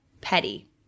petty